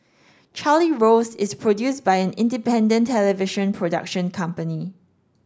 Charlie Rose is produced by an independent television production company